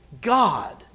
God